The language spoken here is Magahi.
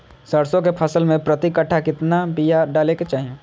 सरसों के फसल में प्रति कट्ठा कितना बिया डाले के चाही?